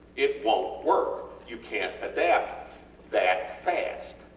it wont work. you cant adapt that fast.